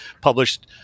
published